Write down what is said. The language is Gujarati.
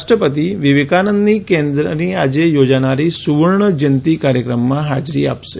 રાષ્ટ્રપતિ વિવેકાનંદ કેન્દ્રની આજે યોજાનારા સુવર્ણ જયંતિ કાર્યક્રમમાં હાજરી આપશે